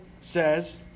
says